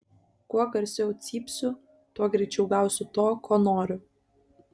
kuo garsiau cypsiu tuo greičiau gausiu to ko noriu